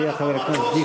יהיה חבר הכנסת דיכטר.